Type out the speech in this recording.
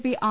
P R